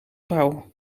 pauw